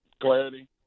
clarity